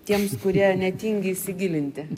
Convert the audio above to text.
tiems kurie netingi įsigilinti